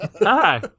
Hi